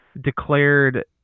Declared